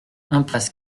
impasse